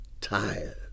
tired